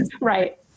right